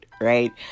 right